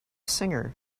singer